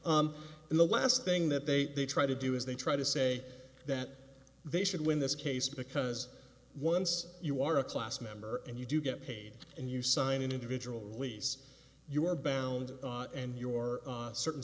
ok in the last thing that they try to do is they try to say that they should win this case because once you are a class member and you do get paid and you sign an individual release you are bound and your certain